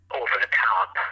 over-the-top